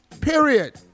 Period